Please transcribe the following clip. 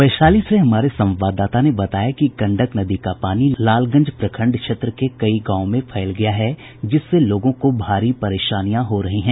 वैशाली से हमारे संवाददाता ने बताया कि गंडक नदी का पानी लालगंज प्रखंड क्षेत्र के कई गांवों में फैल गया है जिससे लोगों को भारी परेशानियां हो रही हैं